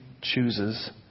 chooses